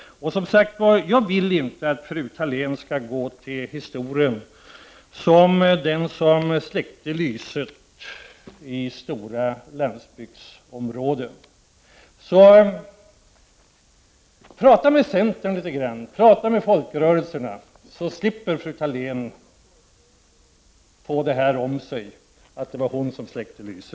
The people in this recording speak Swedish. Som sagt, jag vill inte att fru Thalén skall gå till historien som den som släckte lyset i stora landsbygdsområden. Ta och prata med centern litet grand, och prata med folkrörelserna, så slipper fru Thalén få detta sagt om sig, att det var hon som släckte lyset!